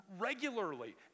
regularly